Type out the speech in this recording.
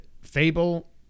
fable